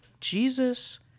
Jesus